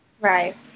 Right